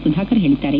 ಸುಧಾಕರ್ ಹೇಳಿದ್ದಾರೆ